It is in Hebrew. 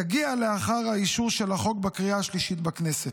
תגיע לאחר אישור החוק בקריאה השלישית בכנסת.